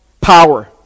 power